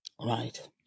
Right